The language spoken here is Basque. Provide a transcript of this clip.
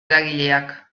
eragileak